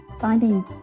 finding